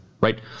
right